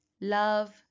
love